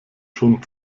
schon